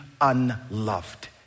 unloved